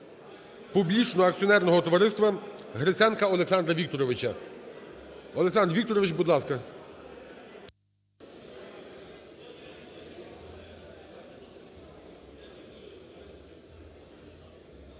публічного акціонерного товариства Гриценка Олександра Вікторовича. Олександр Вікторович, будь ласка.